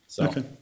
Okay